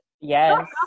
yes